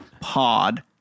Pod